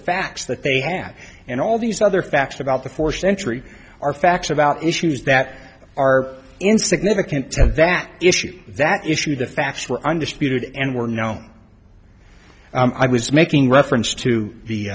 facts that they have and all these other facts about the fourth century are facts about issues that are insignificant that issues that issue the facts were under speed and were known i was making reference to